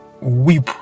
weep